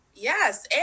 Yes